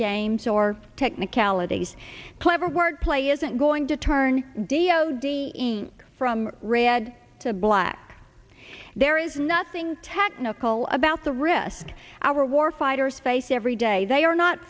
games or technicalities clever wordplay isn't going to turn d o d from red to black there is nothing technical about the risk our war fighters face every day they are not